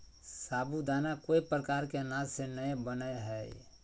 साबूदाना कोय प्रकार के अनाज से नय बनय हइ